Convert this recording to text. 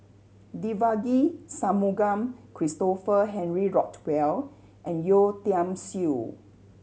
Devagi Sanmugam Christopher Henry Rothwell and Yeo Tiam Siew